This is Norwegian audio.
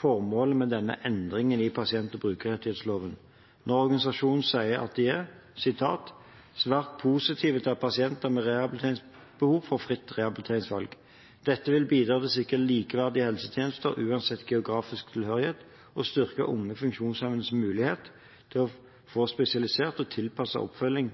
formålet med denne endringen i pasient- og brukerrettighetsloven når organisasjonen sier at de er: «svært positive til at pasienter med rehabiliteringsbehov får fritt rehabiliteringsvalg. Det vil bidra til å sikre likeverdige helsetjenester uansett geografisk tilhørighet, og styrke unge funksjonshemmedes muligheter til å få spesialisert og tilpasset oppfølging